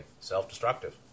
self-destructive